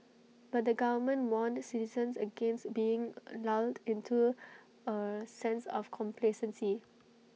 but the government warned citizens against being lulled into A sense of complacency